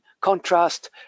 contrast